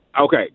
Okay